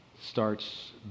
starts